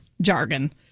jargon